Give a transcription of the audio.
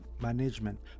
management